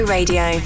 Radio